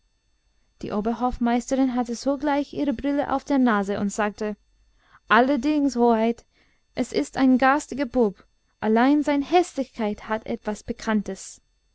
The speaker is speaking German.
die oberhofmeisterin hatte sogleich ihre brille auf der nase und sagte allerdings hoheit es ist ein garstiger bub allein seine häßlichkeit hat etwas pikantes